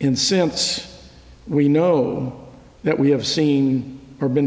and since we know that we have seen or been